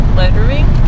lettering